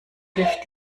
hilft